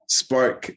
spark